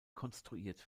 konstruiert